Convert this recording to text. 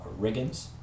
Riggins